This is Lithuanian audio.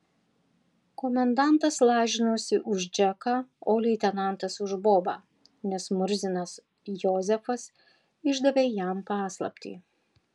komendantas lažinosi už džeką o leitenantas už bobą nes murzinas jozefas išdavė jam paslaptį